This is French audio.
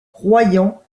royan